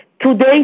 Today